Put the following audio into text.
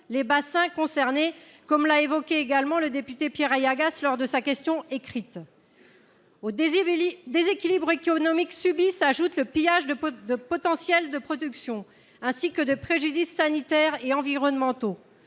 fragilisés, comme l'a souligné le député Pierre Aylagas dans une question écrite. Au déséquilibre économique subi s'ajoutent le pillage du potentiel de production, ainsi que des préjudices sanitaires et environnementaux.